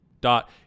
dot